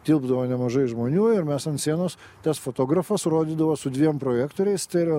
tilpdavo nemažai žmonių ir mes ant sienos tas fotografas rodydavo su dviem projektoriais tai yra